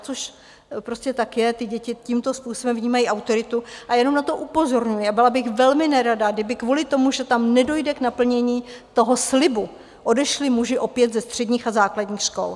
Což prostě tak je, děti tímto způsobem vnímají autoritu, a jenom na to upozorňuji a byla bych velmi nerada, kdyby kvůli tomu, že tam nedojde k naplnění slibu, odešli muži opět ze středních a základních škol.